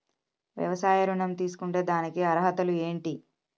వ్యవసాయ ఋణం తీసుకుంటే దానికి అర్హతలు ఏంటి?